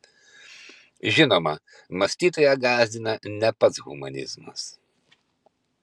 žinoma mąstytoją gąsdina ne pats humanizmas